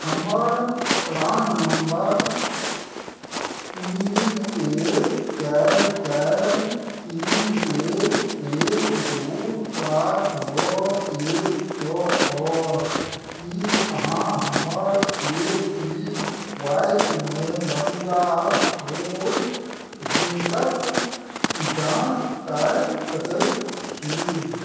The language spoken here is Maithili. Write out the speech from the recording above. हमर प्राण नम्बर तीन एक चारि चारि तीन एक एक दुइ सात नओ एक छओ अछि कि अहाँ हमर ए पी वाइ के मे मौजूदा होल्डिन्गके जाँच कै सकै छी